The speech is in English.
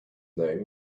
name